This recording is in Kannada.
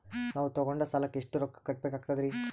ನಾವು ತೊಗೊಂಡ ಸಾಲಕ್ಕ ಎಷ್ಟು ರೊಕ್ಕ ಕಟ್ಟಬೇಕಾಗ್ತದ್ರೀ?